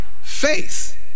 faith